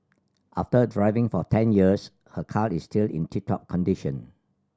after driving for ten years her car is still in tip top condition